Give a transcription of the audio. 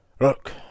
Look